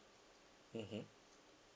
mmhmm